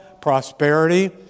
prosperity